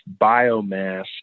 biomass